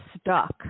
stuck